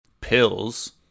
Pills